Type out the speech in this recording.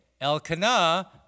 Elkanah